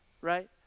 right